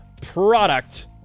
product